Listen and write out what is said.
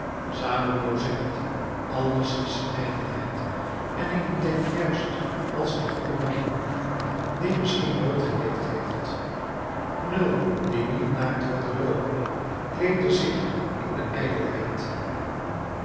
salomo zegt alles is ijdelheid en ik denk juist als die goede man die misschien nooit geleefd heeft nul die niet naakt wilde loopen kleedde zich in de